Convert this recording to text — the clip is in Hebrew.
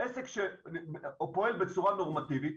עסק שפועל בצורה נורמטיבית,